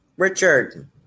Richard